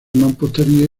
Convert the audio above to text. mampostería